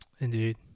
Indeed